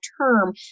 term